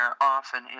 often